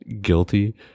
guilty